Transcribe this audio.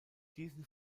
diesen